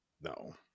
No